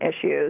issues